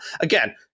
again